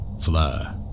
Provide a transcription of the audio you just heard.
fly